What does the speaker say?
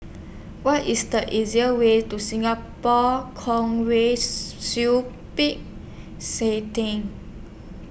What IS The easier Way to Singapore Kwong Wai Siew Peck Say Theng